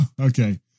Okay